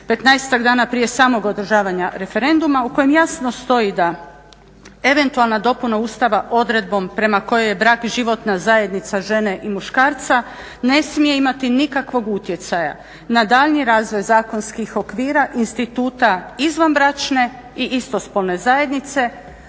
15-tak dana prije samog održavanja referenduma u kojem jasno stoji da eventualna dopuna Ustava odredbom prema kojoj je brak životna zajednica žene i muškarca ne smije imati nikakvog utjecaja na daljnji razvoj zakonskih okvira, instituta izvanbračne i istospolne zajednice,